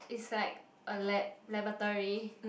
is like a lab laboratory